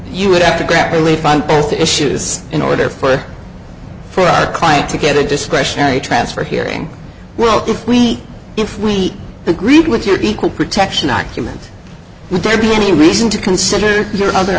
you would have to grab relief on both issues in order for for our client to get a discretionary transfer hearing well if we if we agree with your equal protection argument that there be any reason to consider your other